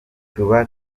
tuba